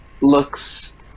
looks